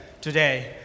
today